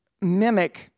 mimic